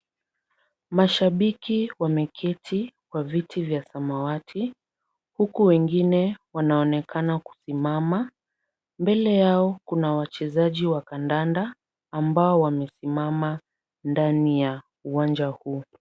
Mashabiki wameketi kwa viti vya samawati, huku wengine wanaonekana kusimama. Mbele yao kuna wachezaji wa kandanda ambao wamesimama nndani ya uwanja huo.